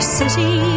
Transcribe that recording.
city